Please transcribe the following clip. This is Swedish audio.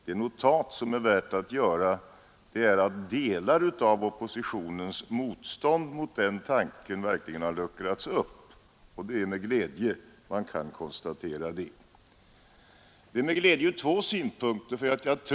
Den notering då som är värd att göra är att oppositionens motstånd mot tanken på en utveckling av den offentliga sektorn verkligen har luckrats upp, och det är med glädje jag konstaterar det. Det är glädjande ur två synpunkter.